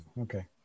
okay